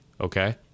Okay